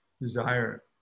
desire